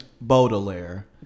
Baudelaire